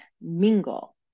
mingle